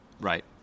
Right